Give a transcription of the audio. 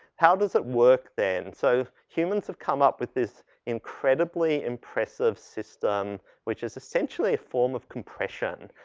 how does it work then? so, humans have come up with this incredibly impressive system which is essentially form of compression.